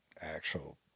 actual